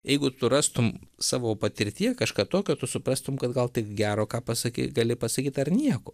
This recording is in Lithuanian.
jeigu tu rastum savo patirtyje kažką tokio tu suprastum kad gal tik gero ką pasakei gali pasakyt ar nieko